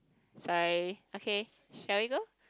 sorry okay shall we go